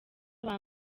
aba